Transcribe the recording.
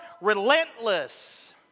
relentless